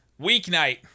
Weeknight